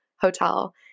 hotel